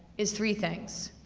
is three things.